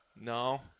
No